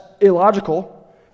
illogical